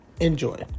Enjoy